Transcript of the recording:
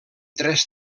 tres